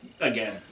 again